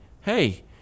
hey